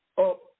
up